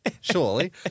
Surely